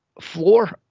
floor